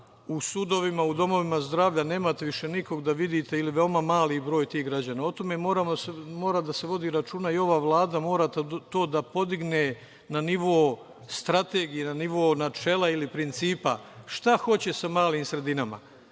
u sudovima, u domovima zdravlja, nemate više nikog da vidite ili veoma mali broj tih građana. O tome mora da se vodi računa i ova Vlada mora to da podigne na nivo strategije, na nivo načela ili principa, šta hoće sa malim sredinama. Već